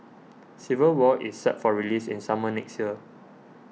Civil War is set for release in summer next year